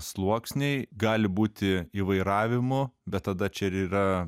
sluoksniai gali būti įvairavimo bet tada čia ir yra